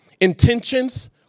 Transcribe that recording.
intentions